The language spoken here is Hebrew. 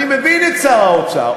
אני מבין את שר האוצר,